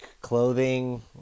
clothing